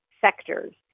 sectors